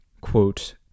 Quote